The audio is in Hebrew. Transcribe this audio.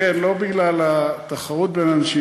לא בגלל התחרות בינינו,